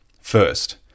first